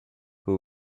who